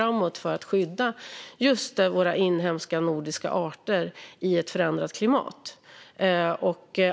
Det handlar om att skydda våra inhemska nordiska arter i ett förändrat klimat.